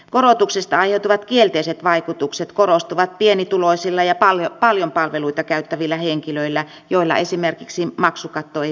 korotuksista aiheutuvat kielteiset vaikutukset korostuvat pienituloisilla ja paljon palveluita käyttävillä henkilöillä joilla esimerkiksi maksukatto ei vielä täyty